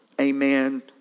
amen